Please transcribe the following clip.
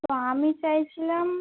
তো আমি চাইছিলাম